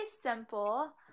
simple